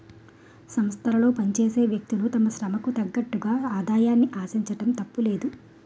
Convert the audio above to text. సంస్థలో పనిచేసే వ్యక్తులు తమ శ్రమకు తగ్గట్టుగా ఆదాయాన్ని ఆశించడం తప్పులేదు